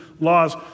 laws